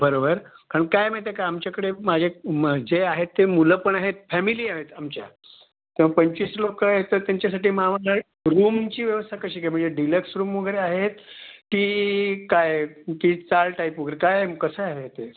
बरोबर कारण काय माहिती आहे का आमच्याकडे माझ्या एक जे आहे ते मुलं पण आहेत फॅमिली आहेत आमच्या तर पंचवीस लोक आहेत तर त्यांच्यासाठी मग आम्हाला रूमची व्यवस्था कशी काय म्हणजे डिलक्स रूम वगैरे आहेत की काही की चाळ टाईप वगैरे काय कसं आहे ते